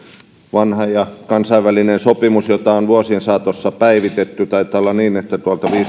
vanha ja kansainvälinen sopimus jota on vuosien saatossa päivitetty taitaa olla niin että